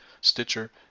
Stitcher